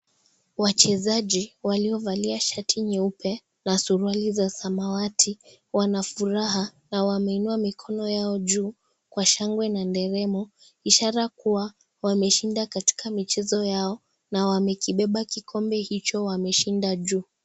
Wachezaji waliovaalia shati leupe na suruali za samawati Wana furaha na wameinua mikono yao juu kwa shangwe na nderemo, ishara kuwa wameshinda katika mchezo yao na wamekibeba kikombe hicho wameshinda juu.